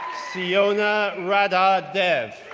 siona radha dev,